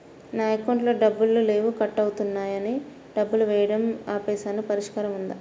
నా అకౌంట్లో డబ్బులు లేవు కట్ అవుతున్నాయని డబ్బులు వేయటం ఆపేసాము పరిష్కారం ఉందా?